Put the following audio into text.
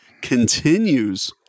continues